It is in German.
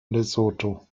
lesotho